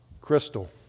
Crystal